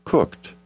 Cooked